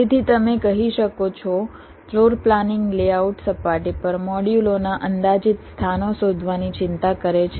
તેથી તમે કહી શકો છો ફ્લોર પ્લાનિંગ લેઆઉટ સપાટી પર મોડ્યુલો ના અંદાજિત સ્થાનો શોધવાની ચિંતા કરે છે